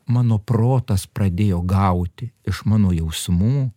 mano protas pradėjo gauti iš mano jausmų